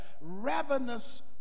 ravenous